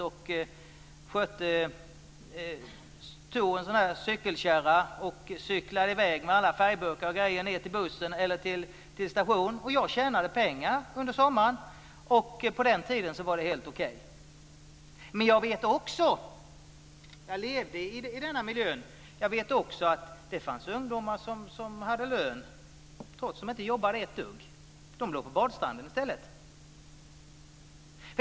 Jag använde en cykelkärra för att cykla i väg med alla färgburkar till bussen eller stationen. Jag tjänade pengar under sommaren, och på den tiden var det helt okej. Men jag vet också - jag levde i den miljön - att det fanns ungdomar som hade lön trots att de inte jobbade ett dugg. De låg på badstranden i stället.